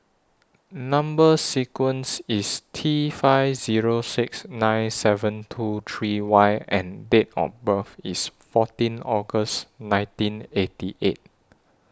Number sequence IS T five Zero six nine seven two three Y and Date of birth IS fourteen August nineteen eighty eight